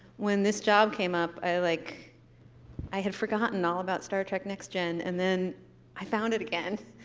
when this job came up, i like i had forgotten all about star trek next gen, and then i found it again.